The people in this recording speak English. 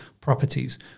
properties